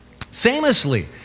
famously